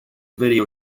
video